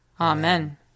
Amen